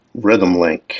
RhythmLink